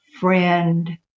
friend